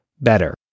better